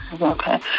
Okay